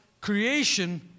creation